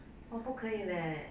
我不可以 leh